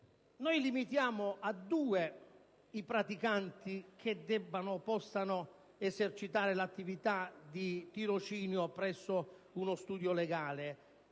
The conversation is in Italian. limitiamo a due i praticanti che possono esercitare l'attività di tirocinio presso uno studio legale.